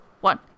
one